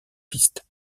pistes